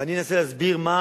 ואני אנסה להסביר מה